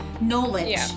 knowledge